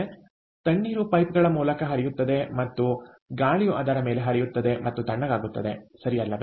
ಆದ್ದರಿಂದ ತಣ್ಣೀರು ಪೈಪ್ ಮೂಲಕ ಹರಿಯುತ್ತದೆ ಮತ್ತು ಗಾಳಿಯು ಅದರ ಮೇಲೆ ಹರಿಯುತ್ತದೆ ಮತ್ತು ತಣ್ಣಗಾಗುತ್ತದೆ ಸರಿ ಅಲ್ಲವೇ